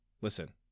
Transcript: listen